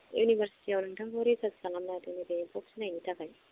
university आव नोंथांखौ research खालामनो नागिरदोंमोन बे एम्फौ फिसिनायनि थाखाय